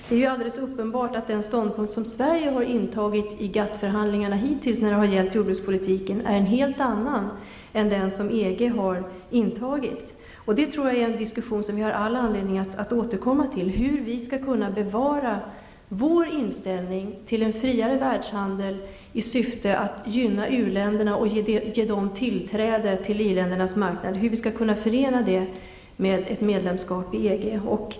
Det är helt uppenbart att den ståndpunkt som Sverige har intagit i GATT-förhandlingarna hittills när det har gällt jordbrukspolitiken är en helt annan än den som EG har intagit, och det är en diskussion som vi har all anledning att återkomma till. Hur skall vi kunna bevara vår inställning till en friare världshandel, i syfte att gynna u-länderna och ge dem tillträde till i-ländernas marknad, genom ett medlemskap i EG?